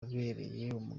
bambera